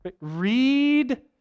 read